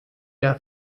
der